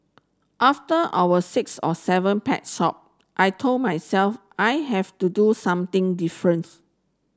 after our six or seven pet store I told myself I have to do something difference